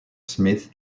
smith